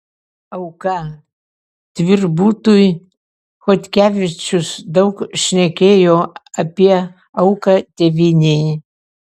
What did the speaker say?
auka tvirbutui chodkevičius daug šnekėjo apie auką tėvynei